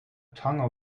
tongue